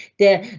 there.